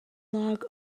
log